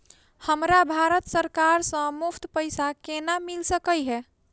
हमरा भारत सरकार सँ मुफ्त पैसा केना मिल सकै है?